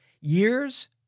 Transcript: years